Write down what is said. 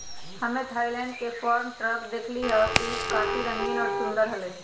हम्मे थायलैंड के farm truck देखली हल, ऊ काफी रंगीन और सुंदर हलय